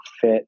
fit